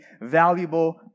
valuable